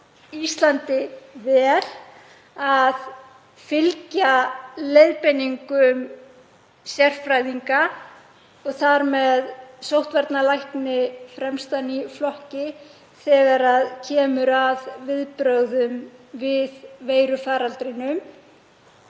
Íslandi vel að fylgja leiðbeiningum sérfræðinga og þar með sóttvarnalækni fremstan í flokki þegar kemur að viðbrögðum við veirufaraldrinum.